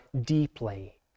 deeply